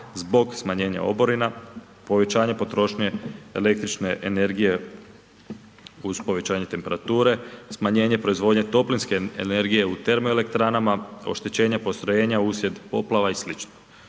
zbog smanjenja oborina, povećanje potrošnje električne energije uz povećanje temperature, smanjenje proizvodnje toplinske energije u termoelektranama, oštećenja postrojenja uslijed poplava i